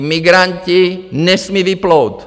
Migranti nesmí vyplout.